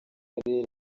akarere